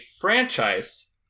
franchise